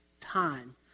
time